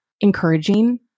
encouraging